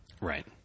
right